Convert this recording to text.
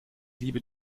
liebe